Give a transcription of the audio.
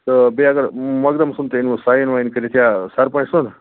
تہٕ بیٚیہِ اگر مۄقدَم سُنٛد تہِ أنِو ساین وایِن کٔرِتھ یا سَرپَنٛچ سُنٛد